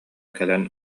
кэлэн